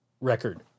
record